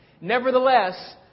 Nevertheless